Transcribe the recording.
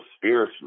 spiritually